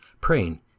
praying